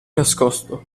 nascosto